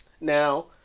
Now